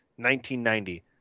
1990